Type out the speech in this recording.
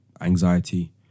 anxiety